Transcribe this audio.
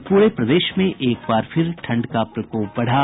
और पूरे प्रदेश में एक बार फिर ठंड का प्रकोप बढ़ा